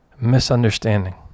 misunderstanding